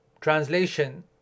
translation